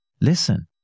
Listen